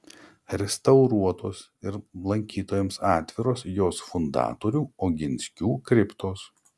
restauruotos ir lankytojams atviros jos fundatorių oginskių kriptos